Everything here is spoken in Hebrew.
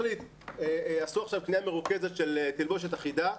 עשו עכשיו קניה מרוכזת של תלבושת אחידה,